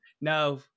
No